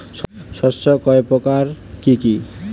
শস্য কয় প্রকার কি কি?